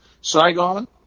Saigon